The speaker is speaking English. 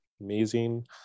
Amazing